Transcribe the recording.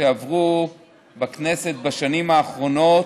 שעברו בכנסת בשנים האחרונות,